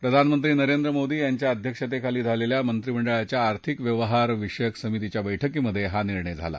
प्रधानमंत्री नरेंद्र मोदी यांच्या अध्यक्षेतेखाली झालेल्या मंत्रिमंडळाच्या आर्थिक व्यवहार विषयक समितीच्या बैठकीत हा निर्णय झाला